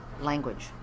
language